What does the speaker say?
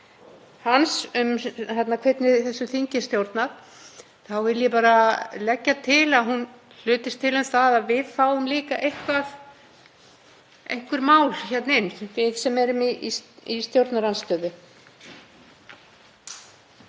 hans um hvernig þessu þingi er stjórnað. Þá vil ég bara leggja til að hún hlutist til um það að við fáum líka einhver mál hingað inn, við sem erum í stjórnarandstöðu.